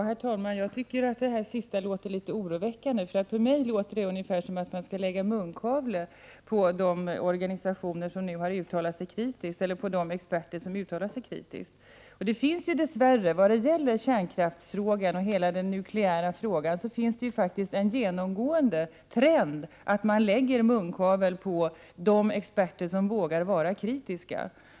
Herr talman! Jag tycker att det sista Birgitta Dahl sade lät litet oroväckande. För mig låter det ungefär som att man skall lägga munkavle på de organisationer som nu har uttalat sig kritiskt och på de experter som uttalar sig kritiskt. Det finns dess värre när det gäller kärnkraftsfrågan och hela den nukleära frågan en genomgående trend att man vill lägga munkavle på de experter som vågar vara kritiska.